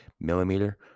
millimeter